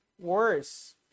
worse